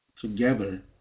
together